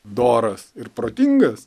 doras ir protingas